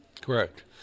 Correct